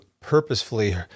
purposefully